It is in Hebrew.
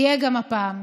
יהיה גם הפעם.